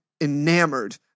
enamored